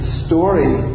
story